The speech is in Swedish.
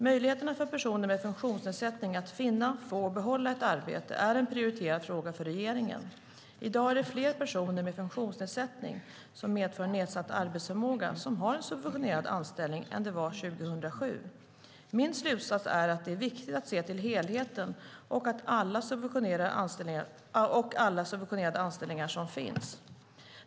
Möjligheterna för personer med funktionsnedsättning att finna, få och behålla ett arbete är en prioriterad fråga för regeringen. I dag är det fler personer med funktionsnedsättning som medför nedsatt arbetsförmåga som har en subventionerad anställning än det var 2007. Min slutsats är att det är viktigt att se till helheten och alla subventionerade anställningar som finns.